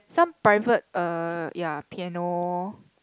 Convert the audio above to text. some private uh ya piano